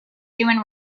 human